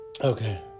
okay